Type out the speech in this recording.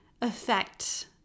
affect